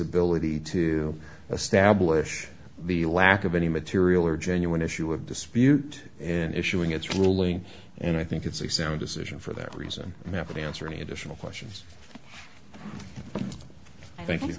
ability to establish the lack of any material or genuine issue of dispute in issuing its ruling and i think it's a sound decision for that reason map and answer any additional questions thank you